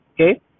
okay